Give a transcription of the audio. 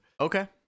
Okay